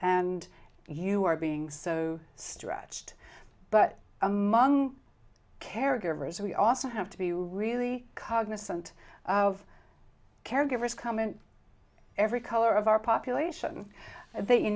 and you are being so stretched but among caregivers we also have to be really cognizant of caregivers come in every color of our population that you